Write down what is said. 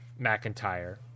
McIntyre